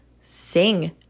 sing